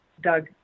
Doug